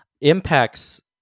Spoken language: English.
impact's